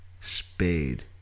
Spade